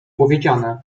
powiedziane